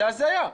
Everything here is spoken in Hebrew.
זה הזיה.